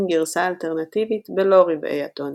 גרסה אלטרנטיבית בלא רבעי הטונים.